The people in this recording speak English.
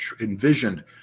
envisioned